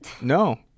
No